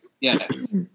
Yes